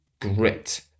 grit